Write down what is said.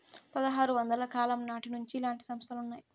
పదహారు వందల కాలం నాటి నుండి ఇలాంటి సంస్థలు ఉన్నాయి